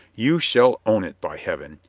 you shall own it, by heaven!